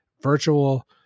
virtual